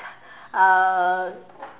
uh